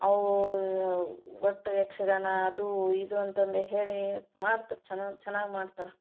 ಅವು ಒಟ್ಟು ಯಕ್ಷಗಾನ ಅದು ಇದು ಅಂತಂದು ಹೇಳಿ ಮಾಡ್ತ್ರು ಚೆನ ಚೆನ್ನಾಗಿ ಮಾಡ್ತಾರೆ